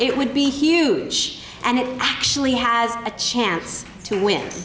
it would be huge and it actually has a chance to win